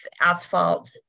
asphalt